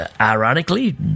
Ironically